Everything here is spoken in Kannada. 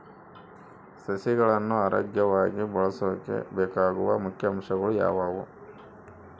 ಸಸಿಗಳನ್ನು ಆರೋಗ್ಯವಾಗಿ ಬೆಳಸೊಕೆ ಬೇಕಾಗುವ ಮುಖ್ಯ ಅಂಶಗಳು ಯಾವವು?